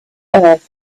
earth